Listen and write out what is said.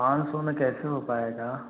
पाँच सौ में कैसे हो पाएगा